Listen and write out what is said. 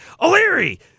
O'Leary